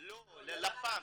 לא, הסכום ללפ"מ.